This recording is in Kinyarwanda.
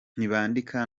ntibandika